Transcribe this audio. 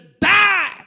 die